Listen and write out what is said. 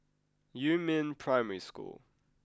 Yumin Primary School